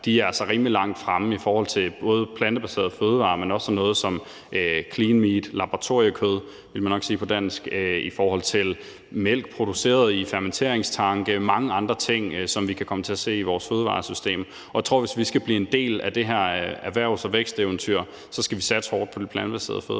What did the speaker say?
er altså rimelig langt fremme i forhold til både plantebaserede fødevarer, men også sådan noget som clean meat – laboratoriekød ville man nok sige på dansk – mælk produceret i fermenteringstanke og mange andre ting, som vi kan komme til at se i vores fødevaresystem. Jeg tror, at hvis vi skal blive en del af det her erhvervs- og væksteventyr, skal vi satse hårdt på de plantebaserede fødevarer.